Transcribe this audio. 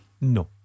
No